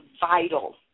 vital